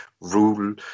rule